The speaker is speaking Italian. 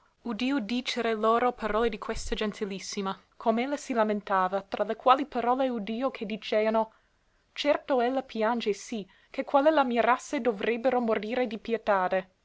udio dicere loro parole di questa gentilissima com'ella si lamentava tra le quali parole udio che diceano certo ella piange sì che quale la mirasse doverebbe morire di pietade